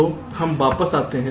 तो हम वापस आते हैं